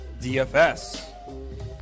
DFS